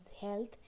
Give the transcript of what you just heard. health